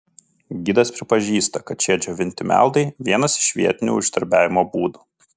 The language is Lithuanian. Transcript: gidas pripažįsta kad šie džiovinti meldai vienas iš vietinių uždarbiavimo būdų